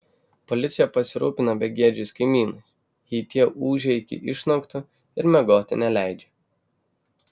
policija pasirūpina begėdžiais kaimynais jei tie ūžia iki išnaktų ir miegoti neleidžia